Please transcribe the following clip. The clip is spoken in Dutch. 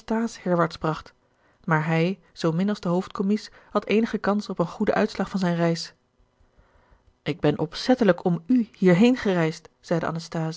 herwaarts bracht maar hij zoomin als de hoofdcommies had eenige kans op een goeden uitslag van zijne reis gerard keller het testament van mevrouw de tonnette ik ben opzettelijk om u hierheen gereisd zeide